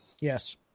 Yes